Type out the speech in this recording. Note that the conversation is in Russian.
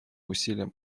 усилиям